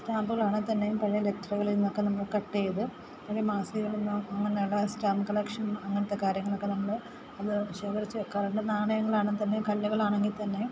സ്റ്റാമ്പുകളാണെങ്കിൽ തന്നെ പഴയ ലെറ്ററുകളിൽ നിന്നൊക്കെ നമ്മൾ കട്ട് ചെയ്ത് അല്ലെങ്കിൽ മാസികകളിൽ നിന്നോ അങ്ങനെയുള്ള സ്റ്റാമ്പ് കളക്ഷൻ അങ്ങനത്തെ കാര്യങ്ങളൊക്കെ നമ്മൾ അത് ശേഖരിച്ച് വെക്കാറുണ്ട് നാണയങ്ങളാണെങ്കിൽ തന്നെ കല്ലുകളാണെങ്കിൽ തന്നെ